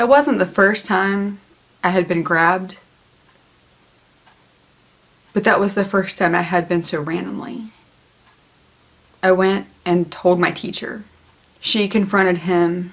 that wasn't the first time i had been grabbed but that was the first time i had been so randomly i went and told my teacher she confronted him